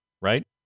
right